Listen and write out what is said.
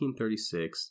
1836